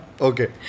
Okay